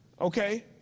Okay